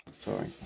Sorry